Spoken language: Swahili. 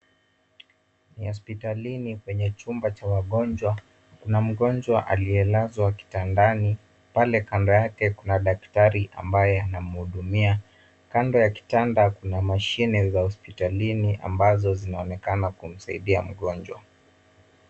Ni hospitalini kwenye chumba cha wagonjwa. Kuna mgonjwa aliyelazwa kitandani. Pale kando yake kuna daktari ambaye anamhudumia. Kando ya kitanda kuna mashine za hospitalini ambazo zinaonekana kumsaidia mgonjwa.